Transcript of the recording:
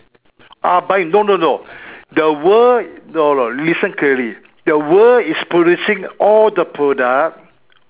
ah buy no no no the world no no listen clearly the world is producing all the product